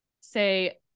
say